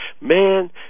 man